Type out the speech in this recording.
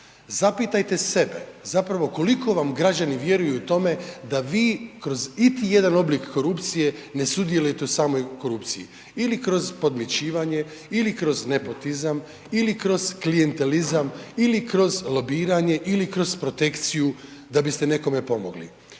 Zapitajte sebe zapravo koliko vam građani vjeruju u tome da vi kroz iti jedan oblik korupcije ne sudjelujete u samoj korupciji ili kroz podmićivanje ili kroz nepotizam ili kroz klijentelizam, ili kroz lobiranje ili kroz protekciju da biste nekome pomogli.